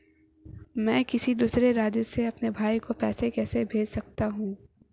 मैं किसी दूसरे राज्य से अपने भाई को पैसे कैसे भेज सकता हूं?